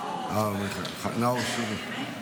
נאור שירי?